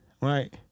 Right